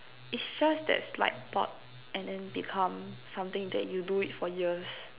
is just that slight thought and then become something that you do it for years